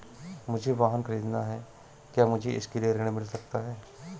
मुझे वाहन ख़रीदना है क्या मुझे इसके लिए ऋण मिल सकता है?